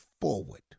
forward